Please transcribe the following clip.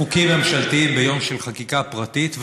חוקים ממשלתיים ביום של חקיקה פרטית,